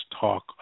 talk